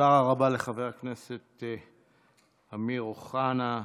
תודה רבה לחבר הכנסת אמיר אוחנה.